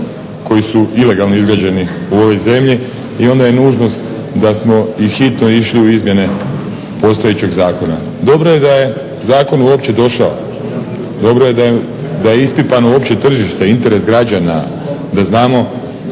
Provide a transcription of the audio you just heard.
koji su ilegalno izgrađeni u ovoj zemlji i onda je nužnost da smo i hitno išli u izmjene postojećeg zakona. Dobro je da je zakon uopće došao. Dobro je da je ispipano uopće tržište i interes građana da znamo